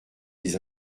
des